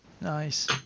Nice